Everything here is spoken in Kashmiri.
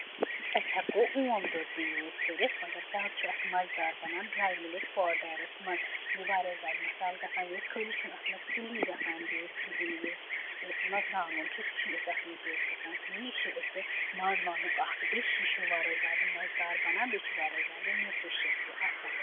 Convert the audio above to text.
أسۍ ہٮ۪کو اوم دۄد تہِ یوٗز کٔرِتھ مَگر زیادٕ چھُ اَتھ مَزٕدار بَنان ڈراے مِلِک پوٚڈٲرٕس منٛز یِم واریاہ زیادٕ مَصالہٕ گژھان یوٗز خٲلی چھُنہٕ اَتھ منٛز چِلی گژھان یوٗز کِہینۍ یوت یُس مزژٕوانگ چھ سُہ چھِنہٕ أسۍ اتھ منٛز یوٗز گژھان کہیٖنۍ تہٕ یہِ چھ اَسہِ وازوانُک اکھ ڈِش یہِ چھُ واریاہ زیادٕ مَزٕدار بَنان بیٚیہِ چھُ واریاہ زیادٕ نیوٗٹرِشس تہِ آسان